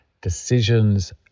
decisions